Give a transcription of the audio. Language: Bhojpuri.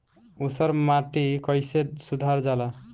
ऊसर माटी कईसे सुधार जाला?